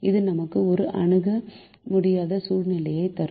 இது நமக்கு ஒரு அணுக முடியாத சூழ்நிலையைத் தரும்